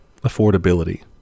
affordability